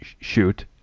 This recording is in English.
shoot